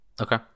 Okay